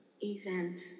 event